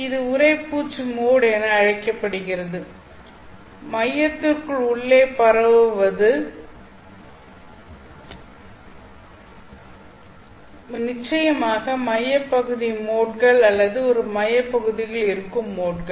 இது உறைப்பூச்சு மோட் என அழைக்கப்படுகிறது மையத்திற்குள் உள்ளே பரவுவது நிச்சயமாக மையப்பகுதி மோட்கள் அல்லது ஒரு மையப்பகுதிக்குள் இருக்கும் மோட்கள்